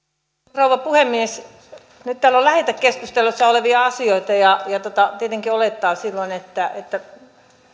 rouva puhemies nyt täällä on lähetekeskustelussa olevia asioita ja tietenkin olettaa silloin että että